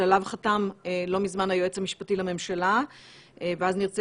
שעליו חתם לא מזמן היועץ המשפטי לממשלה ואז נרצה